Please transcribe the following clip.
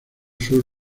sur